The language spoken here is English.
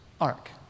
ark